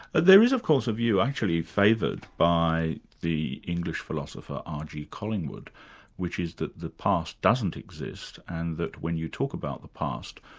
there is of course a view actually favoured by the english philosopher, r. g. collingwood which is that the past doesn't exist and that when you talk about the past,